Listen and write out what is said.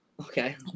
Okay